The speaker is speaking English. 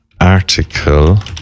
article